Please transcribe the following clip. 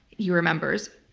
he remembers.